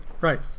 right